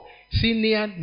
Senior